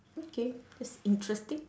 okay that's interesting